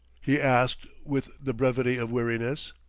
he asked with the brevity of weariness.